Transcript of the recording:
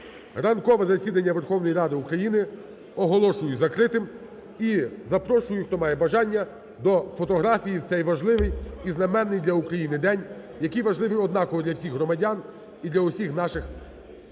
ранкове засідання Верховної Ради України оголошую закритим. І запрошую, хто має бажання, до фотографії в цей важливий і знаменний для України день, який важливий однаково для всіх громадян і для усіх наших колег